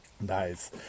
Nice